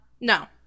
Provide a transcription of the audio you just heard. No